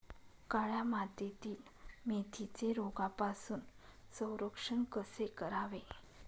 काळ्या मातीतील मेथीचे रोगापासून संरक्षण कसे करावे?